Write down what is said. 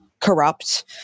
corrupt